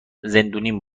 زندونیم